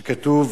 כתוב: